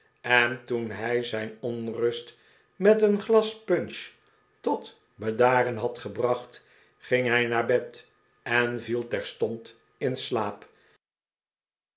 en toen hij zijn onrust met een glas punch tot bedaren had gebracht ging hij naar bed en viel terstond in slaap